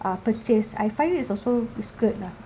uh purchase I find it's also it's good lah